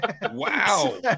Wow